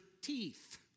teeth